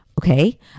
Okay